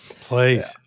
Please